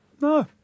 No